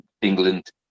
England